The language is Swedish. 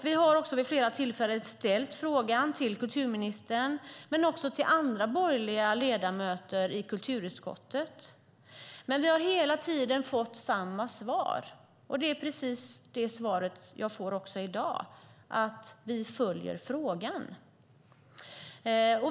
Vi har också vid flera tillfällen ställt frågan till kulturministern, och även till andra borgerliga ledamöter i kulturutskottet, men vi har hela tiden fått samma svar. Det är precis det svaret jag får också i dag: Vi följer frågan.